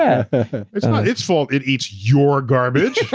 yeah it's not it's fault it eats your garbage.